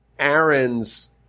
Aaron's